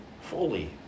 fully